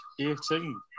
18